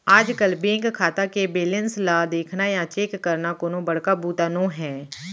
आजकल बेंक खाता के बेलेंस ल देखना या चेक करना कोनो बड़का बूता नो हैय